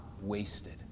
wasted